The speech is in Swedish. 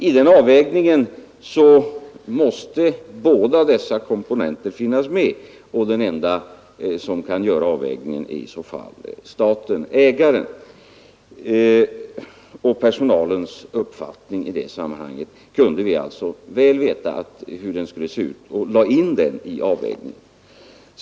I den avvägningen måste båda dessa komponenter finnas med, och den enda som kan göra avvägningen är i så fall staten-ägaren. Vi kunde väl veta hur personalens uppfattning i det sammanhanget skulle se ut, och vi lade in den i avvägningen.